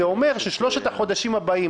זה אומר ששלושת החודשים הבאים,